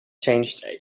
changed